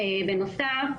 בנוסף,